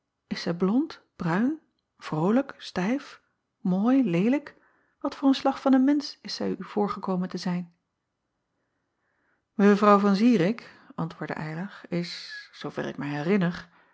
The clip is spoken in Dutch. is zij blond bruin vrolijk stijf mooi leelijk wat voor een slag van een mensch is zij u voorgekomen te zijn evrouw an irik antwoordde ylar is zoover ik mij herinner